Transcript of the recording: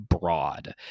broad